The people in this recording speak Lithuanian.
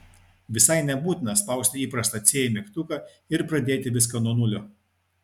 visai nebūtina spausti įprastą c mygtuką ir pradėti viską nuo nulio